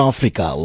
Africa